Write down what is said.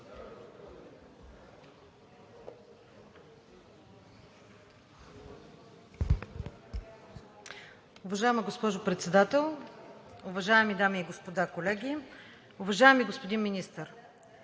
Уважаема госпожо Председател, уважаеми дами и господа, колеги, уважаеми господин Министър!